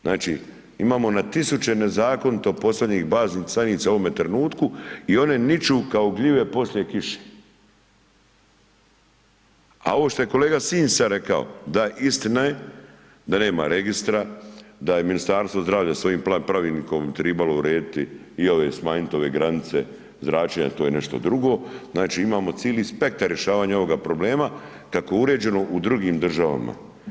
Znači, imamo na tisuće nezakonito postavljenih baznih stanica u ovome trenutku i one niču kao gljive poslije kiše, a ovo što je kolega …/nerazumljivo/… sad rekao da istina je da nema registra, da je Ministarstvo zdravlja svojim pravilnikom tribalo urediti i ove, smanjit ove granice zračenja to je nešto drugo, znači imamo cili spektar rješavanja ovoga problema kako uređeno u drugim državama.